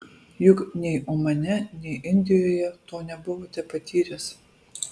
juk nei omane nei indijoje to nebuvote patyręs